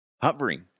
Hovering